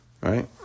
Right